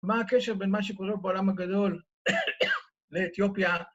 מה הקשר בין מה שקורה בעולם הגדול לאתיופיה?